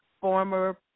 former